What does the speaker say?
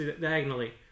diagonally